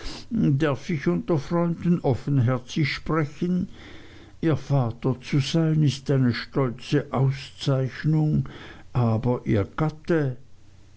darf ich unter freunden offenherzig sprechen ihr vater zu sein ist eine stolze auszeichnung aber ihr gatte